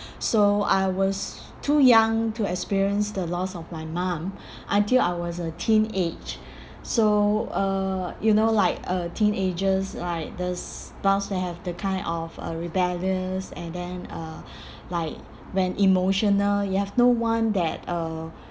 so I was too young to experience the loss of my mum until I was a teenage so uh you know like uh teenagers like the s~ plus they have the kind of uh rebellious and then uh like when emotional you have no one that uh